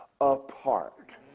apart